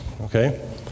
Okay